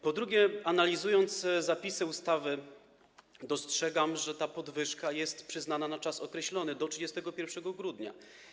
Po drugie, analizując zapisy ustawy, dostrzegam, że ta podwyżka została przyznana na czas określony, do 31 grudnia.